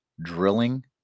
Drilling